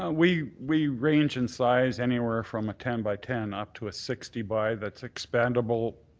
ah we we range in size anywhere from a ten by ten up to a sixty by that's expandible.